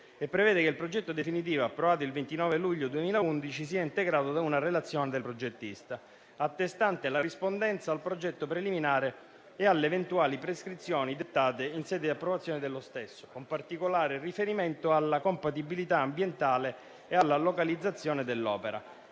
prevede che il progetto definitivo approvato il 29 luglio 2011 sia integrato da una relazione del progettista, attestante la rispondenza al progetto preliminare e alle eventuali prescrizioni dettate in sede di approvazione dello stesso, con particolare riferimento alla compatibilità ambientale e alla localizzazione dell'opera.